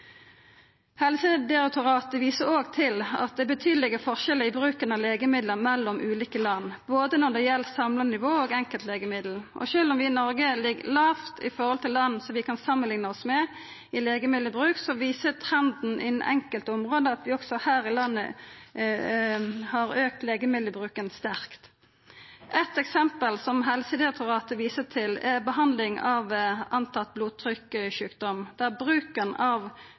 Helsedirektoratet viser òg til at det er betydelege forskjellar i bruken av legemidlar mellom ulike land, både når det gjeld samla nivå og enkeltlegemiddel. Sjølv om vi i Noreg ligg lågt i legemiddelbruk i forhold til land som vi kan samanlikna oss med, viser trenden innan enkelte område at vi også her i landet har auka legemiddelbruken sterkt. Eit eksempel som Helsedirektoratet viser til, er behandling av det ein trur er blodtrykksjukdom, der bruken av